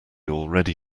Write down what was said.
already